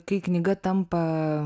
kai knyga tampa